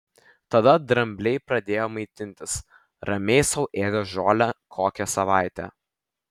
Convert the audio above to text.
tada drambliai pradėjo maitintis ramiai sau ėdė žolę kokią savaitę